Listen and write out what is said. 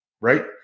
right